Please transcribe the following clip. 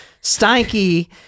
Stinky